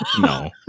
no